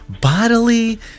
bodily-